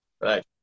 Right